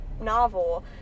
novel